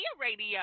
Radio